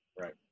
Right